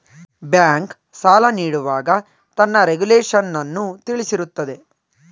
bank, ಸಾಲ ನೀಡುವಾಗ ತನ್ನ ರೆಗುಲೇಶನ್ನನ್ನು ತಿಳಿಸಿರುತ್ತದೆ